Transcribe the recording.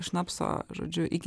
šnapso žodžiu iki